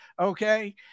okay